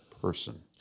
person